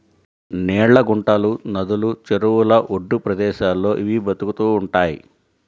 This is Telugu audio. నీళ్ళ గుంటలు, నదులు, చెరువుల ఒడ్డు ప్రదేశాల్లో ఇవి బతుకుతూ ఉంటయ్